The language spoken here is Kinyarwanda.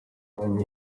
avuga